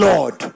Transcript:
Lord